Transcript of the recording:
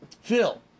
Phil